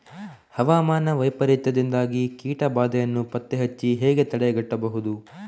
ಹವಾಮಾನ ವೈಪರೀತ್ಯದಿಂದಾಗಿ ಕೀಟ ಬಾಧೆಯನ್ನು ಪತ್ತೆ ಹಚ್ಚಿ ಹೇಗೆ ತಡೆಗಟ್ಟಬಹುದು?